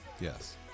Yes